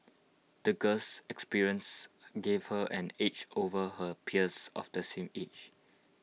the girl's experiences gave her an edge over her peers of the same age